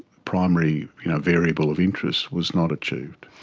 primary variable of interest was not achieved.